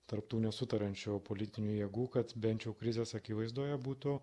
tarp tų nesutariančių politinių jėgų kad bent jau krizės akivaizdoje būtų